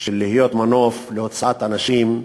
של להיות מנוף להוצאת אנשים,